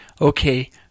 okay